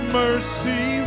mercy